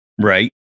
Right